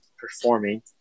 performing